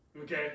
Okay